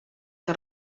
que